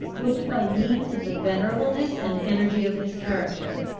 would, by means of the venerableness and energy of his character,